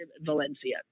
Valencia